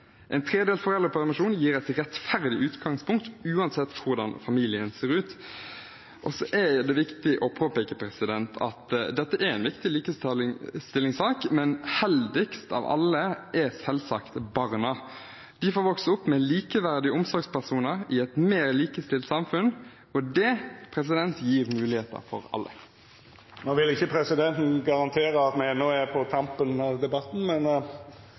En tredelt foreldrepermisjon gir et rettferdig utgangspunkt, uansett hvordan familien ser ut. Det er viktig å påpeke at dette er en viktig likestillingssak, men heldigst av alle er selvsagt barna. De får vokse opp med likeverdige omsorgspersoner i et mer likestilt samfunn, og det gir muligheter for alle. No vil ikkje presidenten garantera at me enno er «på tampen av debatten» – men